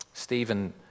Stephen